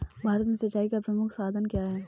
भारत में सिंचाई का प्रमुख साधन क्या है?